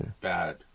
bad